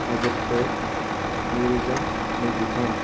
August नैरोजा नैजिथाम